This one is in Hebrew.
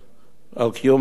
על קיום השבת,